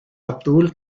abdul